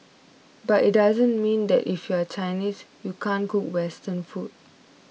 but it doesn't mean that if you are Chinese you can't cook Western food